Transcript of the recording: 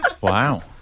Wow